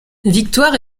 victoire